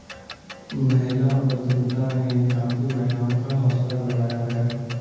महिला उद्यमिता ने काफी महिलाओं का हौसला बढ़ाया है